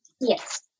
Yes